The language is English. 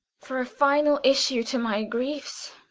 for a final issue to my griefs,